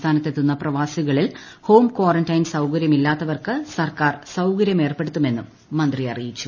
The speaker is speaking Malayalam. സംസ്ഥാനത്തെത്തുന്ന പ്രവാസികളിൽ ഹോം കാറന്റൈൻ സൌകര്യമില്ലാത്തവർക്ക് സർക്കാർ സൌകര്യം ഏർപ്പെടുത്തുമെന്നും മന്ത്രി അറിയിച്ചു